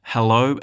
Hello